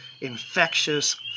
infectious